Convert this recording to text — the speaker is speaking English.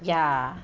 ya